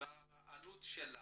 ואת העלות שלה,